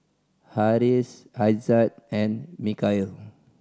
Harris Aizat and Mikhail